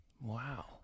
Wow